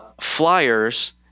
flyers